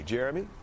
Jeremy